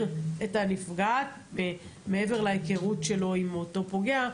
את הנפגעת מעבר להכרות שלו עם אותו פוגע,